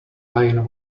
lane